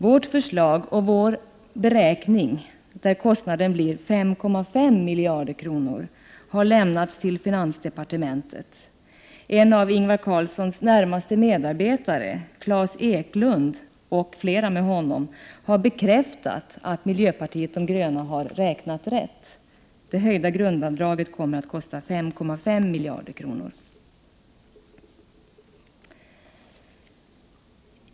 Vårt förslag och vår beräkning, enligt vilken kostnaden blir 5,5 miljarder kronor — har lämnats till finansdepartementet. En av Ingvar Carlssons närmaste medarbetare, Klas Eklund, och flera med honom har bekräftat att miljöpartiet de gröna har räknat rätt. De höjda grundavdragen kommer alltså att kosta 5,5 miljarder kronor.